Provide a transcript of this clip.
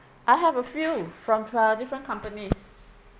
I have a few from uh different companies